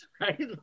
right